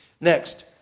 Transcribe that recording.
Next